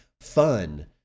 fun